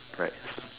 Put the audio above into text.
right